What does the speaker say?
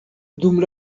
dum